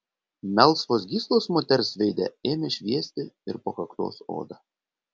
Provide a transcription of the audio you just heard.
melsvos gyslos moters veide ėmė šviesti ir po kaktos oda